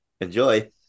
Enjoy